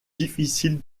difficile